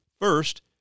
First